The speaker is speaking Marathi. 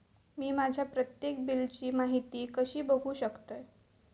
मी माझ्या प्रत्येक बिलची माहिती कशी बघू शकतय?